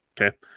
Okay